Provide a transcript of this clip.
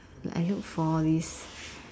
like I look for all these